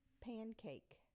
pancake